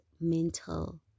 mental